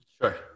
sure